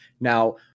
now